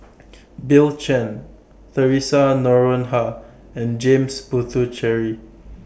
Bill Chen Theresa Noronha and James Puthucheary